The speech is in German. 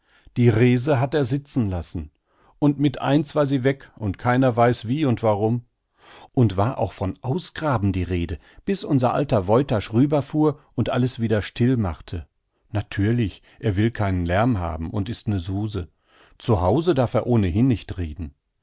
die rese hat er sitzen lassen und mit eins war sie weg und keiner weiß wie und warum und war auch von ausgraben die rede bis unser alter woytasch rüber fuhr und alles wieder still machte natürlich er will keinen lärm haben und is ne suse zu hause darf er ohnehin nicht reden